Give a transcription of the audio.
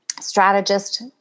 strategist